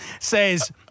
says